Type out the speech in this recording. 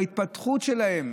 בהתפתחות שלהם?